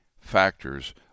factors